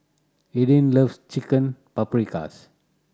Arden loves Chicken Paprikas